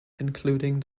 including